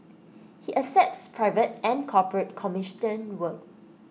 he accepts private and corporate commissioned work